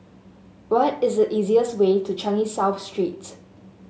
what is the easiest way to Changi South Street